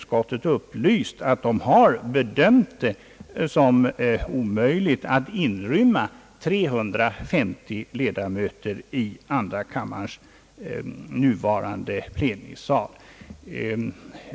skottet upplyst att man bedömt det som omöjligt att inrymma 350 ledamöter i andra kammarens nuvarande plenisal.